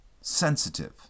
sensitive